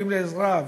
זקוקים לעזרה.